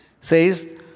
says